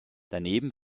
daneben